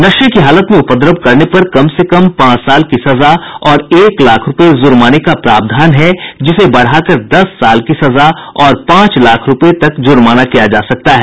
नशे की हालत में उपद्रव करने पर कम से कम पांच साल की सजा और एक लाख रूपये जुर्माने का प्रावधान है जिसे बढ़ा कर दस साल की सजा और पांच लाख रूपये तक जुर्माना किया जा सकता है